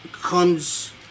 comes